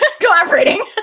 collaborating